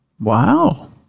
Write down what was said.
Wow